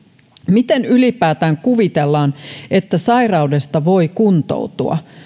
miten ylipäätään kuvitellaan että sairaudesta voi kuntoutua